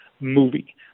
movie